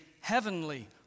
heavenly